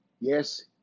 yes